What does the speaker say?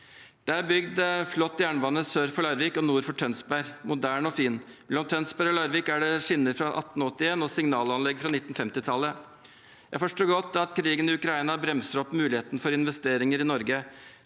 Det er bygd flott jernbane sør for Larvik og nord for Tønsberg – moderne og fin. Mellom Tønsberg og Larvik er det skinner fra 1881 og signalanlegg fra 1950-tallet. Jeg forstår godt at krigen i Ukraina bremser opp muligheten for investeringer i Norge.